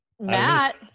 Matt